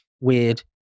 weird